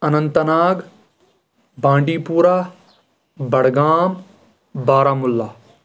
Anant Nag Bandipora Budgam Baramulla